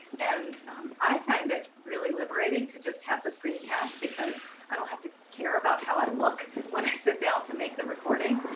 and i find it really liberating to just have the screen cast because i don't have to care about how i look when i sit down to make the recording.